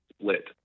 split